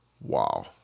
Wow